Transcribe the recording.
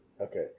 Okay